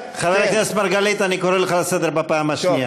חבר הכנסת מרגלית, אני קורא אותך לסדר פעם שנייה.